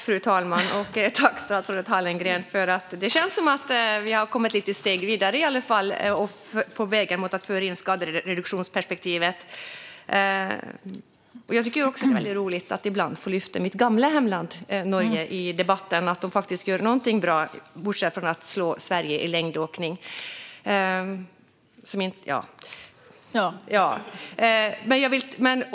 Fru talman! Tack, statsrådet Hallengren! Det känns som att vi i alla fall har kommit ett litet steg vidare på vägen mot att föra in skadereduktionsperspektivet. Jag tycker att det är roligt att ibland få lyfta in mitt gamla hemland Norge i debatten och att de faktiskt gör något som är bra, bortsett från att slå Sverige i längdåkning.